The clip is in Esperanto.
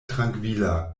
trankvila